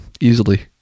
easily